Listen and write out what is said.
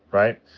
right.